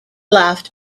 laughed